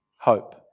hope